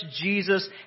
Jesus